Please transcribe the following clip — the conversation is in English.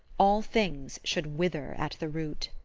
all things should wither at the root.